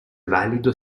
valido